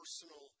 personal